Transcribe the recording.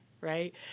right